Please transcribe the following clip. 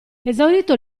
esaurito